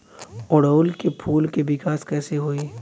ओड़ुउल के फूल के विकास कैसे होई?